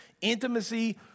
intimacy